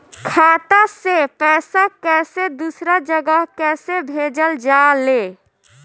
खाता से पैसा कैसे दूसरा जगह कैसे भेजल जा ले?